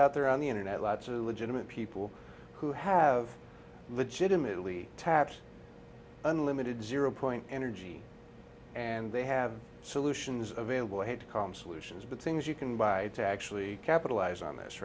out there on the internet lots of legitimate people who have legitimately tapped unlimited zero point energy and they have solutions available had to come solutions but things you can buy to actually capitalize on th